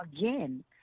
again